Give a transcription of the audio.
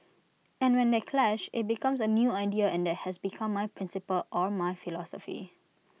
and when they clash IT becomes A new idea and that has become my principle or my philosophy